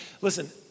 listen